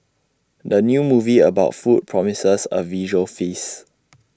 the new movie about food promises A visual feast